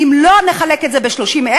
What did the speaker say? אם לא נחלק את זה ל-30,000,